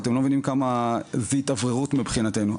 אתם לא מבינים כמה זו התאווררות מבחינתנו.